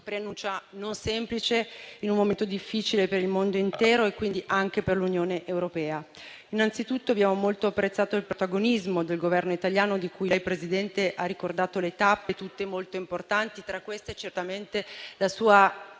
preannuncia non semplice, in un momento difficile per il mondo intero e quindi anche per l'Unione europea. Innanzitutto abbiamo molto apprezzato il protagonismo del Governo italiano, di cui lei, signor Presidente del Consiglio, ha ricordato le tappe, tutte molto importanti. Tra queste, vorrei certamente